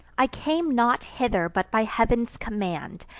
i came not hither but by heav'n's command,